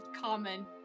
common